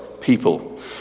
people